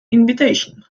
invitation